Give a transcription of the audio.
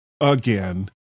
again